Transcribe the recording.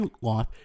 life